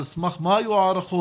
על סמך מה היו ההערכות?